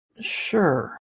Sure